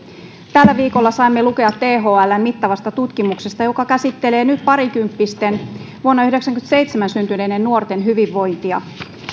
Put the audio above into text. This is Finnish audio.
tällä viikolla saimme lukea thln mittavasta tutkimuksesta joka käsittelee nyt parikymppisten vuonna yhdeksänkymmentäseitsemän syntyneiden nuorten hyvinvointia